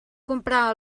comprar